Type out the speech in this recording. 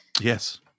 Yes